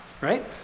Right